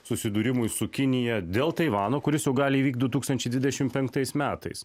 susidūrimui su kinija dėl taivano kuris jau gali įvykt du tūkistančiai dvidešimt penktais metais